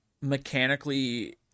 mechanically